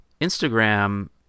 instagram